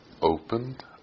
opened